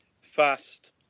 fast